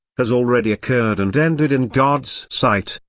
has already occurred and ended in god's sight.